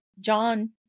John